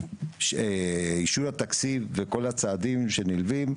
אישור התקציב וכל הצעדים שנלווים,